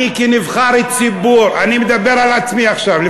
אני, כנבחר ציבור, אני מדבר על עצמי עכשיו.